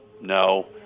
no